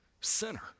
sinner